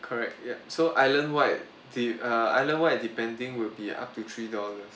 correct ya so island wide the err island wide depending will be up to three dollars